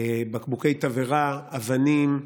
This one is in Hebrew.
בקבוקי תבערה, אבנים,